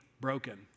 broken